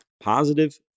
positive